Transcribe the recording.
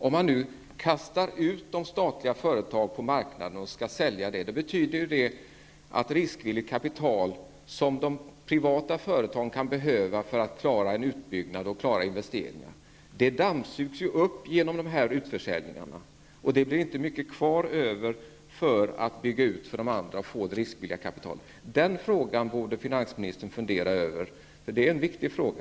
Om man nu kastar ut de statliga företagen på marknaden för att sälja dem betyder det att marknaden dammsugs på riskvilligt kapital, som de privata företagen kan behöva för att klara en utbyggnad eller investeringar. Det blir inte mycket kvar för de övriga till att bygga ut verksamheten eller få ytterligare riskvilligt kapital. Den saken borde finansministern fundera över — det är en viktig fråga.